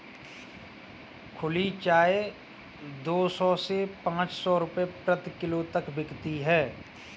खुली चाय दो सौ से पांच सौ रूपये प्रति किलो तक बिकती है